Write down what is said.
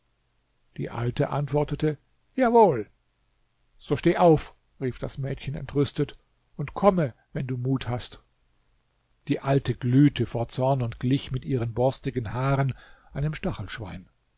die alte antwortete jawohl so steh auf rief das mädchen entrüstet und komme wenn du mut hast die alte glühte vor zorn und glich mit ihren borstigen haaren einem stachelschwein